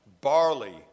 barley